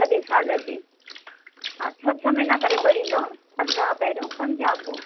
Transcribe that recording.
सॼे साल जी हा छह छह महिना करे भरींदव पंजाहु पहिरों पंजाहु पोइ